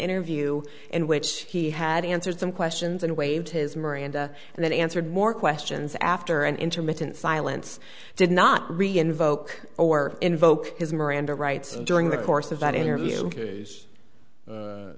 interview in which he had answered some questions and waived his miranda and then answered more questions after an intermittent silence did not be invoke or invoke his miranda rights and during the course of that interview